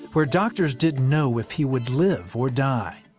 where doctors didn't know if he would live or die.